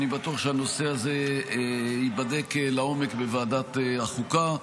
אני בטוח שהנושא הזה ייבדק לעומק בוועדת החוקה.